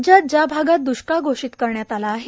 राज्यात ज्या भागात द्रष्काळ घोषीत करण्यात आला आहे